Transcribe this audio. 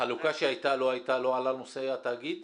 בחלוקה שהייתה לא עלה נושא התאגיד?